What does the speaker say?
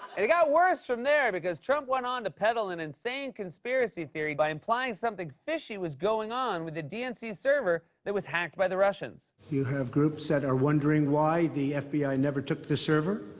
it got worse from there, because trump went on to peddle an insane conspiracy theory by implying something fishy was going on with the dnc server that was hacked by the russians. you have groups that are wondering why the fbi never took server.